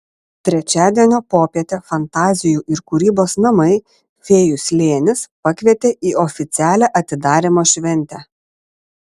trečiadienio popietę fantazijų ir kūrybos namai fėjų slėnis pakvietė į oficialią atidarymo šventę